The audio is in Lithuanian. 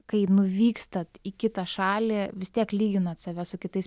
kai nuvykstat į kitą šalį vis tiek lyginat save su kitais